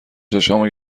چشامو